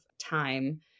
time